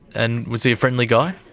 and was he a friendly guy?